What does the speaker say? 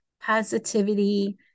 positivity